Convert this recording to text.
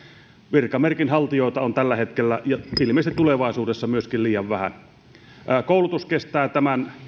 virkamerkin haltijoita on tällä hetkellä ja ilmeisesti myöskin tulevaisuudessa liian vähän koulutus kestää tämän